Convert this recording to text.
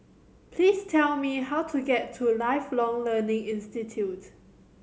please tell me how to get to Lifelong Learning Institute